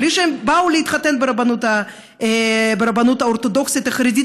בלי שהם באו להתחתן ברבנות האורתודוקסית החרדית,